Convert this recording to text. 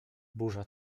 burza